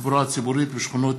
התחבורה הציבורית בשכונות